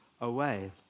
away